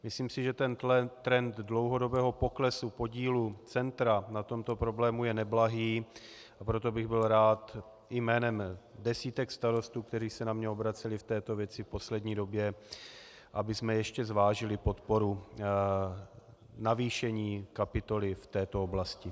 Myslím si, že trend dlouhodobého poklesu podílu centra na tomto problému je neblahý, proto bych byl rád i jménem desítek starostů, kteří se na mě obraceli v této věci v poslední době, abychom ještě zvážili podporu navýšení kapitoly v této oblasti.